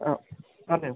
ആ വാർത്തയോ